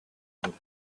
future